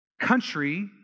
country